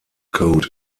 code